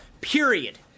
period